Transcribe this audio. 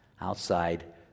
outside